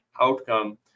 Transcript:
outcome